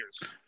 years